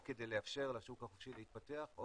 או כדי לאפשר לשוק החופשי להתפתח או